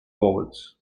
forwards